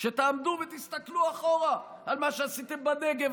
כשתעמדו ותסתכלו אחורה על מה שעשיתם בנגב,